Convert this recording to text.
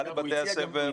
מנהלי בתי הספר --- מאיר,